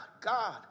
God